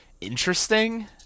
interesting